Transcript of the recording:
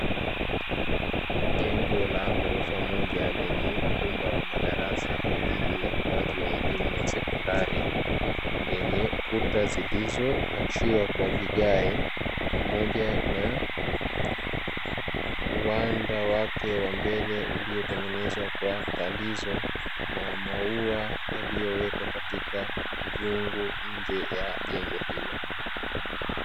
Jengo la ghorofa moja lenye vyumba vya madarasa kwa ajili ya utoaji wa elimu ya sekondari lenye kuta zilizo nakshiwa kwa vigae pamoja na uwanda wake wa mbele uliotengenezwa kwa talizo na maua yaliyowekwa katika vyungu nje ya jengo hilo.